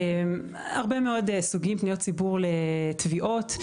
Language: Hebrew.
פניות ציבור לתביעות,